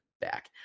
back